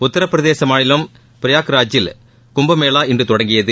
உத்தரப் பிரதேச மாநிலம் பிரயாக்ராஜில் கும்பமேளா இன்று தொடங்கியது